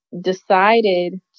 decided